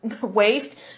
waste